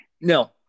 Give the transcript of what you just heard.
No